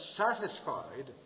satisfied